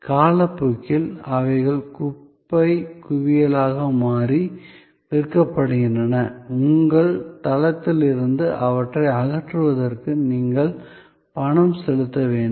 காலப்போக்கில் அவை குப்பைக் குவியலாக மாறி விற்கப்படுகின்றன உங்கள் தளத்திலிருந்து அவற்றை அகற்றுவதற்கு அடிக்கடி நீங்கள் பணம் செலுத்த வேண்டும்